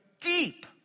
deep